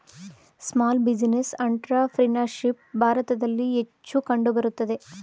small business entrepreneurship ಭಾರತದಲ್ಲಿ ಹೆಚ್ಚು ಕಂಡುಬರುತ್ತದೆ